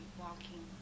walking